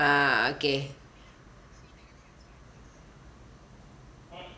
ah okay